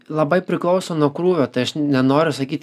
labai priklauso nuo krūvio tai aš nenoriu sakyt